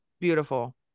beautiful